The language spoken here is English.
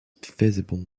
visible